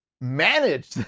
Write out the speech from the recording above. manage